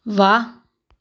ਵਾਹ